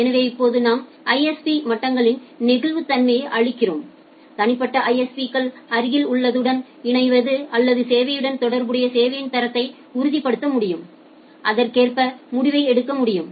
எனவே இப்போது நாம் ISP மட்டங்களில் நெகிழ்வுத்தன்மையை அளிக்கிறோம் தனிப்பட்ட ISP க்கள் அருகில் உள்ளதுடன் இணைவது அல்லது சேவையுடன் தொடர்புடைய சேவையின் தரத்தை உறுதிப்படுத்த முடியும் அதற்கேற்ப முடிவை எடுக்க முடியும்